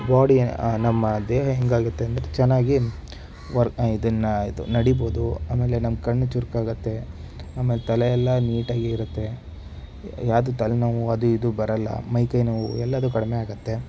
body ನಮ್ಮ ದೇಹ ಹೇಗಾಗತ್ತೆ ಅಂದರೆ ಚೆನ್ನಾಗಿ ವರ್ ಇದನ್ನು ಇದು ನಡಿಬೋದು ಆಮೇಲೆ ನಮ್ಮ ಕಣ್ಣು ಚುರುಕಾಗತ್ತೆ ಆಮೇಲೆ ತಲೆಯೆಲ್ಲ ನೀಟಾಗಿರತ್ತೆ ಯಾವುದೂ ತಲೆನೋವು ಅದು ಇದು ಬರಲ್ಲ ಮೈ ಕೈ ನೋವು ಎಲ್ಲವು ಕಡಿಮೆ ಆಗತ್ತೆ